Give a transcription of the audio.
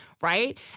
Right